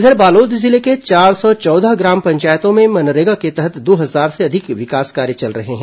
इधर बालोद जिले के चार सौ चौदह ग्राम पंचायतों में मनरेगा के तहत दो हजार से अधिक विकास कार्य चल रहे हैं